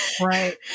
Right